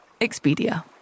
Expedia